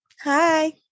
hi